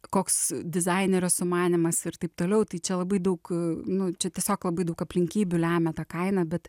koks dizainerio sumanymas ir taip toliau tai čia labai daug nu čia tiesiog labai daug aplinkybių lemia ta kaina bet